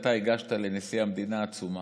אתה הגשת לנשיא המדינה עצומה,